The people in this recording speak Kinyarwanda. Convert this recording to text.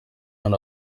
hari